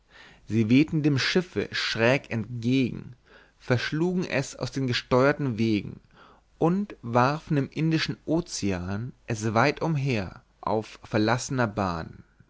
sie wehten dem schiffe schräg entgegen verschlugen es aus den gesteuerten wegen und warfen im indischen ozean es weit umher auf verlassener bahn